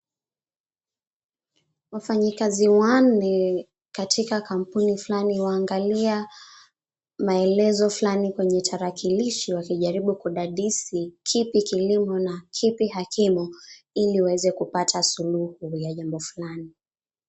Wafanyikazi wanne katika kampuni fulani waangalia maelezo fulani kwenye tarakilishi wakijaribu kudadisi kipi kilimo na kipi hakimo ili waweze kupata suluhu ya jambo fulani.